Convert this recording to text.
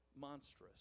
monstrous